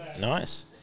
Nice